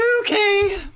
Okay